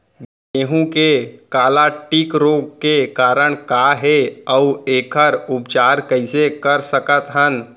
गेहूँ के काला टिक रोग के कारण का हे अऊ एखर उपचार कइसे कर सकत हन?